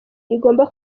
igomba